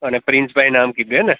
અને પ્રિન્સભાઈ નામ કીધું હેં ને